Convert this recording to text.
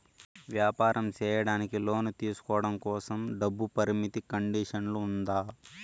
వ్యాపారం సేయడానికి లోను తీసుకోవడం కోసం, డబ్బు పరిమితి కండిషన్లు ఉందా?